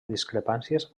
discrepàncies